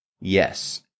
Yes